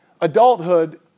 Adulthood